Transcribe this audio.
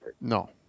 No